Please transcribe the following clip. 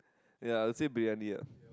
ya I'd say Briyani ya